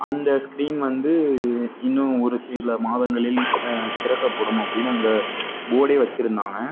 அந்த ஸ்க்ரீன் வந்து இன்னும் ஒரு சில மாதங்களில் திறக்கப்படும் அப்படின்னு அங்கே போர்ட்டே வைச்சுருந்தாங்க